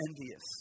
envious